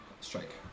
strike